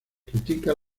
critica